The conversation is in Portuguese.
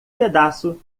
pedaço